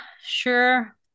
sure